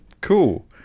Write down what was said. Cool